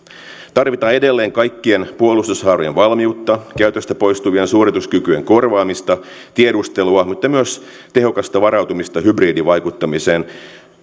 tarvitaan edelleen kaikkien puolustushaarojen valmiutta käytöstä poistuvien suorituskykyjen korvaamista tiedustelua mutta myös tehokasta varautumista hybridivaikuttamiseen